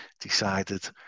decided